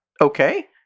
okay